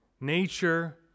Nature